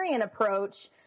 approach